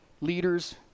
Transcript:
Leaders